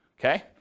Okay